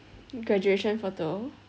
graduation photo